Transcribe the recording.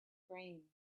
green